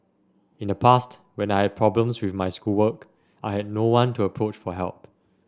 in the past when I had problems with my schoolwork I had no one to approach for help